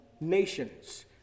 nations